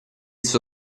suo